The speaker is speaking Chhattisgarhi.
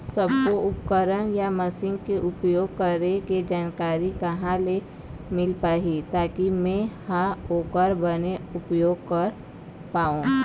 सब्बो उपकरण या मशीन के उपयोग करें के जानकारी कहा ले मील पाही ताकि मे हा ओकर बने उपयोग कर पाओ?